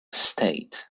state